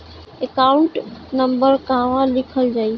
Account number कहवा लिखल जाइ?